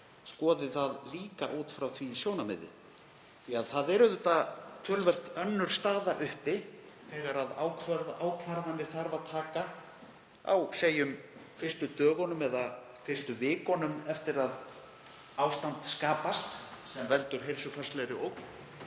skoði það líka út frá því sjónarmiði, því að það er auðvitað töluvert önnur staða uppi þegar ákvarðanir þarf að taka á fyrstu dögunum eða fyrstu vikunum eftir að ástand skapast sem veldur heilsufarslegri ógn